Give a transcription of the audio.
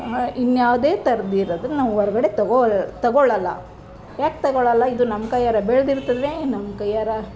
ಇನ್ಯಾವುದೇ ಥರದ್ದು ಇರೋದು ನಾವು ಹೊರ್ಗಡೆ ತಗೊ ತಗೊಳ್ಳೋಲ್ಲ ಯಾಕೆ ತಗೊಳ್ಳೋಲ್ಲ ಇದು ನಮ್ಮ ಕೈಯ್ಯಾರ ಬೆಳೆದಿರ್ತದೆ ನಮ್ಮ ಕೈಯ್ಯಾರ